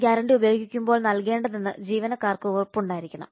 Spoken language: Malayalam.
ഗ്യാരണ്ടി ഉപയോഗിക്കുമ്പോൾ എന്താണ് നൽകേണ്ടതെന്ന് ജീവനക്കാർക്ക് ഉറപ്പുണ്ടായിരിക്കണം